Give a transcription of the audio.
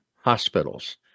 hospitals